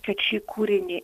kad šį kūrinį